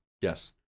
yes